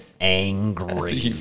Angry